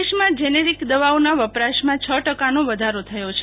દેશમાં જેનેરિક દવાઓના વપરાશમાં છ ટકાનો વધારો થયો છે